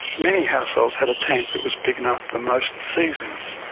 many households had tank that was big enough for most seasons,